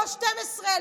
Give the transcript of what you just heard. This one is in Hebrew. לא 12,